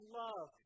love